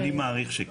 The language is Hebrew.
אני מעריך שכן.